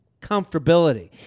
Comfortability